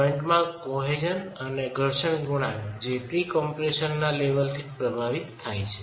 જોઈન્ટમાં cohesion અને ઘર્ષણ ગુણાંક જે પ્રી કમ્પ્રેશન લેવલ થી જ પ્રભાવિત થાય છે